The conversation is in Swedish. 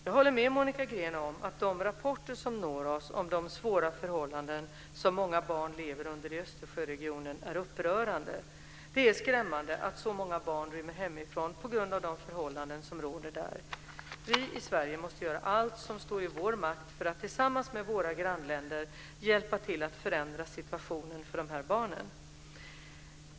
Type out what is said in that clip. Jag håller med Monica Green om att de rapporter som når oss om de svåra förhållanden som många barn lever under i Östersjöregionen är upprörande. Det är skrämmande att så många barn rymmer hemifrån på grund av de förhållanden som råder där. Vi i Sverige måste göra allt som står i vår makt för att tillsammans med våra grannländer hjälpa till att förändra situationen för de här barnen.